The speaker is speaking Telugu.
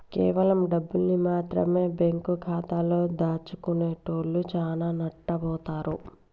కేవలం డబ్బుల్ని మాత్రమె బ్యేంకు ఖాతాలో దాచుకునేటోల్లు చానా నట్టబోతారు